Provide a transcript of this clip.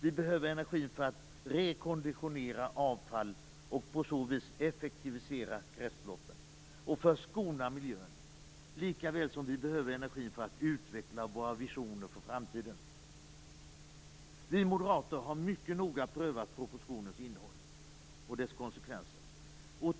Vi behöver energin för att rekonditionera avfall och på så vis effektivisera kretsloppen och skona miljön, likaväl som vi behöver energin för att utveckla våra visioner för framtiden. Vi moderater har mycket noga prövat propositionens innehåll och dess konsekvenser.